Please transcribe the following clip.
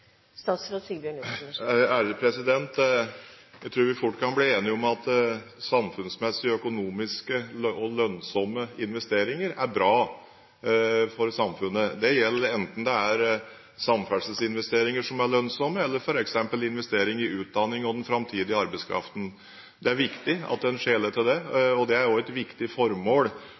Jeg tror vi fort kan bli enige om at samfunnsmessig økonomiske og lønnsomme investeringer er bra for samfunnet. Det gjelder enten det er samferdselsinvesteringer som er lønnsomme, eller f.eks. investering i utdanning og den framtidige arbeidskraften. Det er viktig at en skjeler til det, og det er også et viktig formål